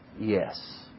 yes